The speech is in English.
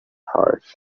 heart